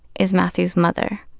is mathew's mother.